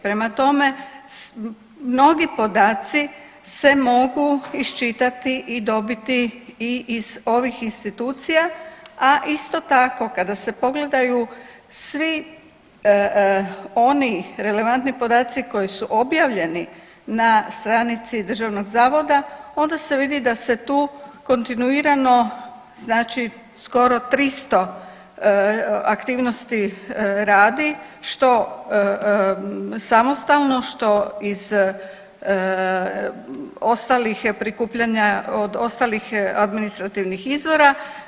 Prema tome, mnogi podaci se mogu iščitati i dobiti i iz ovih institucija, a isto tako kada se pogledaju svi oni relevantni podaci koji su objavljeni na stranici Državnog zavoda onda se vidi da se tu kontinuirano, znači skoro 300 aktivnosti radi što samostalno, što iz ostalih prikupljanja, od ostalih administrativnih izvora.